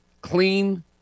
Clean